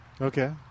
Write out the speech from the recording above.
Okay